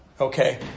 Okay